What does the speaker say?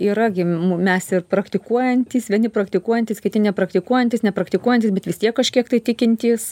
yra gi m mes ir praktikuojantys vieni praktikuojantys kiti nepraktikuojantys nepraktikuojantys bet vis tiek kažkiek tai tikintys